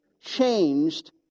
changed